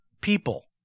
people